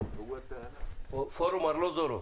פורום ארלוזורוב.